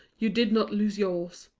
you did not lose yours.